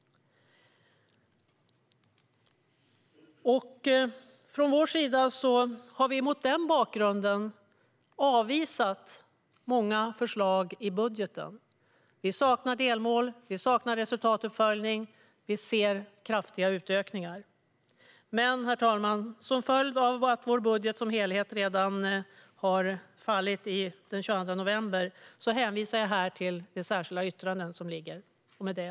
Mot denna bakgrund har vi avvisat många förslag i budgeten. Vi saknar delmål och resultatuppföljning, och vi ser kraftiga utökningar. Men, herr talman, som en följd av att vår budget som helhet föll den 22 november hänvisar jag till det särskilda yttrandet.